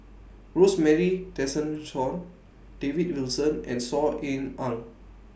Rosemary Tessensohn David Wilson and Saw Ean Ang